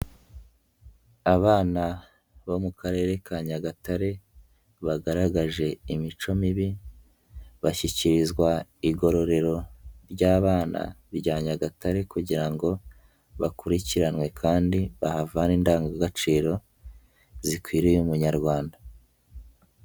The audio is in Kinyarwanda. Abana bo mu karere ka Nyagatare bagaragaje imico mibi bashyikirizwa igororero ry'abana rya nyagatare, kugira ngo bakurikiranwe kandi bahavane indangagaciro zikwiriye umunyarwanda.